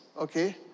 okay